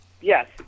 Yes